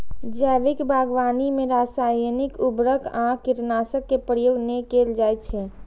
जैविक बागवानी मे रासायनिक उर्वरक आ कीटनाशक के प्रयोग नै कैल जाइ छै